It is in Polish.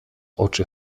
oczy